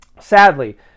Sadly